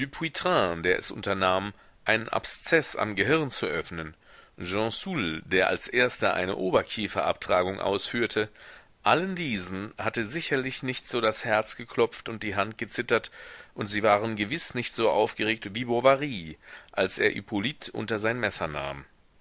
der es unternahm einen abszeß am gehirn zu öffnen gensoul der als erster eine oberkiefer abtragung ausführte allen diesen hat sicherlich nicht so das herz geklopft und die hand gezittert und sie waren gewiß nicht so aufgeregt wie bovary als er hippolyt unter sein messer nahm